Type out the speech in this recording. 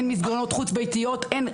אין מסגרות חוץ ביתיות אין,